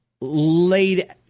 laid